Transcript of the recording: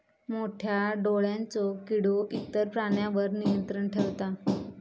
मोठ्या डोळ्यांचो किडो इतर प्राण्यांवर नियंत्रण ठेवता